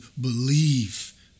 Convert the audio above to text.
believe